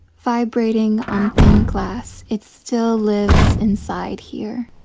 vibrating on thin glass, it still lives inside here.